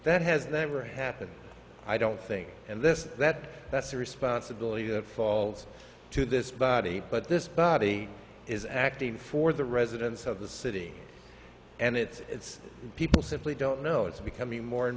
that has never happened i don't think and this that that's a responsibility that falls to this body but this body is acting for the residents of the city and its people simply don't know it's becoming more and